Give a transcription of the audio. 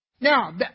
Now